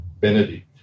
Benedict